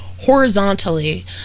horizontally